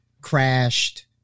crashed